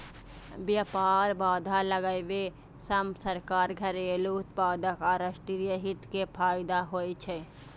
व्यापार बाधा लगाबै सं सरकार, घरेलू उत्पादक आ राष्ट्रीय हित कें फायदा होइ छै